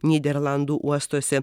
nyderlandų uostuose